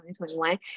2021